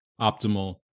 optimal